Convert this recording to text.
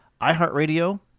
iHeartRadio